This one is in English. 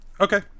Okay